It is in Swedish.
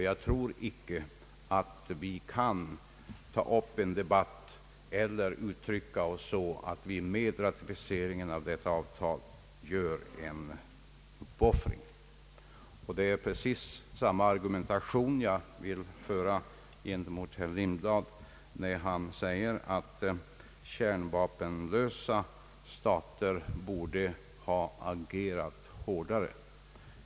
Jag tror icke att vi kan uttrycka oss så att vi med ratificeringen av detta avtal gör en uppoffring. Jag vill föra exakt samma argumentering gentemot herr Lindblad när han säger att kärnvapenlösa stater borde ha agerat hårdare.